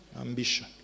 ambition